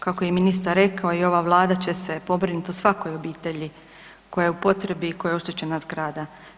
Kako je ministar rekao, i ova Vlada će se pobrinuti o svakoj obitelji koja je u potrebi i kojoj je oštećena zgrada.